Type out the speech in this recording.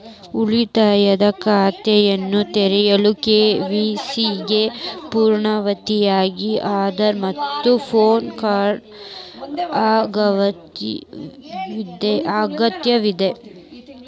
ಉಳಿತಾಯ ಖಾತೆಯನ್ನು ತೆರೆಯಲು ಕೆ.ವೈ.ಸಿ ಗೆ ಪುರಾವೆಯಾಗಿ ಆಧಾರ್ ಮತ್ತು ಪ್ಯಾನ್ ಕಾರ್ಡ್ ಅಗತ್ಯವಿದೆ